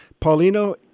Paulino